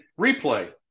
replay